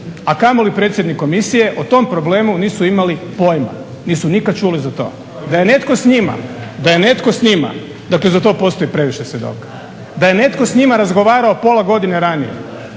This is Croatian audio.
a kamoli predsjednik komisije, o tom problemu nisu imali pojma, nisu nikad čuli za to. Da je netko s njima, dakle za to postoji previše svjedoka. Da je netko s njima razgovarao pola godine ranije